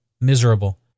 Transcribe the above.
miserable